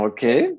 Okay